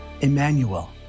Emmanuel